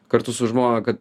kartu su žmona kad